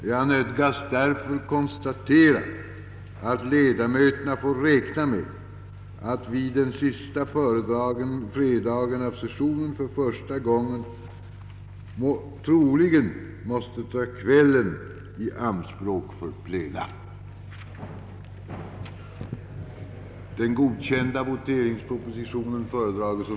Jag nödgas därför konstatera att ledamöterna får räkna med att vi den sista fredagen på denna session för första gången troligen måste ta kvällen i anspråk för plenum.